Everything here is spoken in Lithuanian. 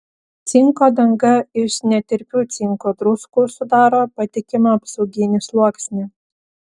cinko danga iš netirpių cinko druskų sudaro patikimą apsauginį sluoksnį